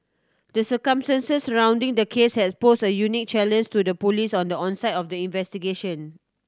the circumstances surrounding the case has pose a unique to the Police on the onset of the investigation